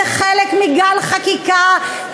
זה חלק מגל חקיקה,